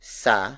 sa